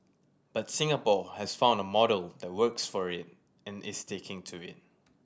but Singapore has found a model that works for it and is sticking to it